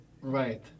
Right